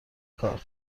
کار